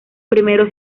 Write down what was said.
primeros